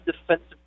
defensive